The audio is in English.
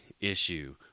issue